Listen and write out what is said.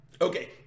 Okay